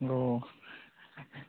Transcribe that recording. अ